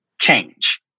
change